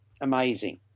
amazing